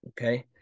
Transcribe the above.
okay